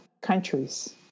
countries